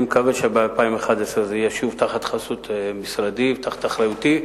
אני מקווה שב-2011 זה יהיה שוב תחת חסות משרדי ותחת אחריותי.